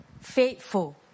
faithful